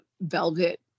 velvet